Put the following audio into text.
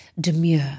demure